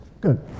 Good